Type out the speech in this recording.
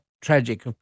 tragic